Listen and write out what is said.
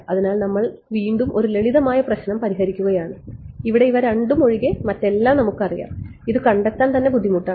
അതിനാൽ നമ്മൾ ഇവിടെ ഒരു ലളിതമായ പ്രശ്നം പരിഹരിക്കുകയാണ് ഇവിടെ ഇവ രണ്ടും ഒഴികെ മറ്റെല്ലാം നമുക്കറിയാം ഇതു കണ്ടെത്താൻ തന്നെ ബുദ്ധിമുട്ടാണ്